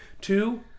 Two